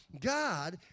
God